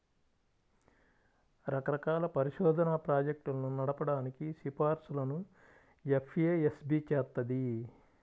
రకరకాల పరిశోధనా ప్రాజెక్టులను నడపడానికి సిఫార్సులను ఎఫ్ఏఎస్బి చేత్తది